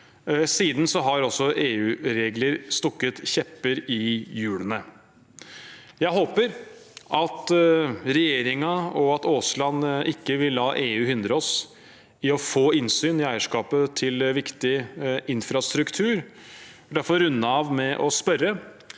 Siden har også EU-regler stukket kjepper i hjulene. Jeg håper at regjeringen og statsråd Aasland ikke vil la EU hindre oss i å få innsyn i eierskapet til viktig infrastruktur. Jeg vil derfor runde av med å spørre